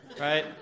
right